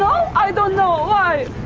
i don't know why.